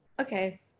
okay